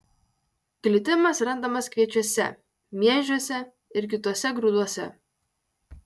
glitimas randamas kviečiuose miežiuose ir kituose grūduose